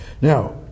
Now